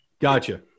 Gotcha